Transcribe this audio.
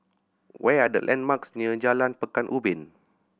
what are the landmarks near Jalan Pekan Ubin